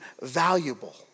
valuable